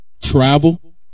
travel